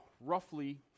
roughly